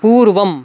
पूर्वम्